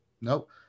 nope